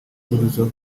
ihurizo